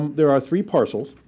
there are three parcels.